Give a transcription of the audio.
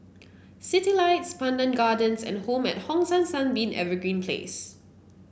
Citylights Pandan Gardens and Home at Hong San Sunbeam Evergreen Place